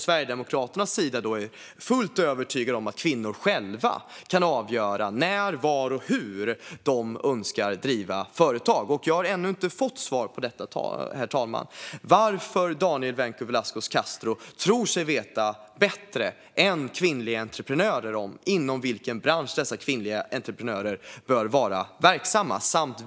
Sverigedemokraterna är fullt övertygade om att kvinnor själva kan avgöra när, var och hur de önskar driva företag. Herr talman! Jag har ännu inte fått svar på detta. Varför tror sig Daniel Vencu Velasquez Castro veta bättre än kvinnliga entreprenörer vilken bransch dessa kvinnliga entreprenörer bör vara verksamma inom?